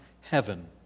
heaven